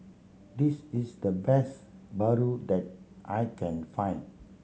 this is the best paru that I can find